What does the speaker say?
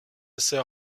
sœur